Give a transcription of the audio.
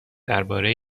درباره